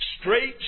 Straight